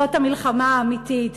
זאת המלחמה האמיתית.